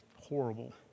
horrible